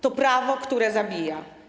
To prawo, które zabija.